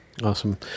Awesome